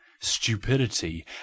stupidity